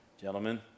gentlemen